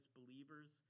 believers